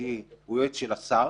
המשפטי הוא יועץ של השר